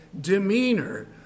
demeanor